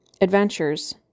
adventures